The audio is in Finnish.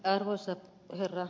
arvoisa puhemies